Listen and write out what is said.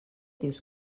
dius